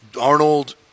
Arnold